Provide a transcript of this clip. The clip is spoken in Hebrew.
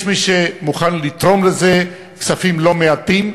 יש מי שמוכן לתרום לזה כספים לא מעטים.